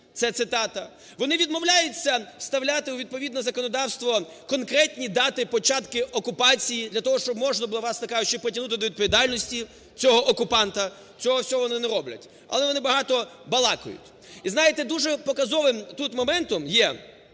це цитата, вони відмовляються вставляти у відповідне законодавство конкретні дати початку окупації, для того щоб можна було, власне кажучи, притягнути до відповідальності цього окупанта, цього всього вони не роблять, але вони багато балакають. І, знаєте, дуже показовим тут моментом є